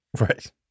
Right